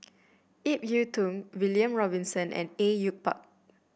Ip Yiu Tung William Robinson and Au Yue Pak